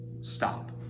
stop